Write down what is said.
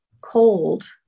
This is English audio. cold